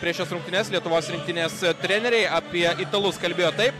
prieš šias rungtynes lietuvos rinktinės treneriai apie italus kalbėjo taip